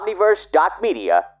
omniverse.media